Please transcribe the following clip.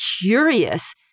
curious